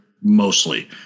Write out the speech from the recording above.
mostly